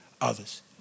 others